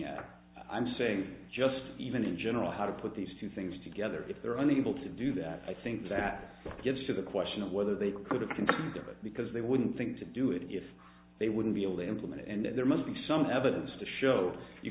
at i'm saying just even in general how to put these two things together if they're only able to do that i think that gives to the question of whether they could have conceived of it because they wouldn't think to do it if they wouldn't be able to implement it and there must be some evidence to show you